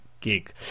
gig